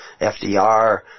FDR